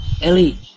Ellie